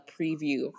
preview